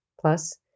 plus